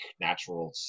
natural